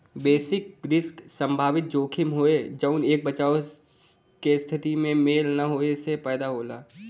basis risk संभावित जोखिम हौ जौन एक बचाव के स्थिति में मेल न होये से पैदा होला